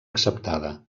acceptada